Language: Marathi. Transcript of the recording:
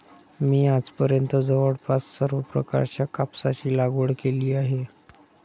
मी आजपर्यंत जवळपास सर्व प्रकारच्या कापसाची लागवड केली आहे